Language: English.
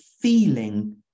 feeling